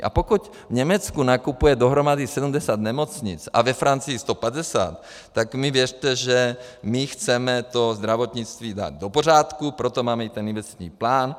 A pokud v Německu nakupuje dohromady 70 nemocnic a ve Francii 150, tak mi věřte, že my chceme to zdravotnictví dát do pořádku, proto máme i ten investiční plán.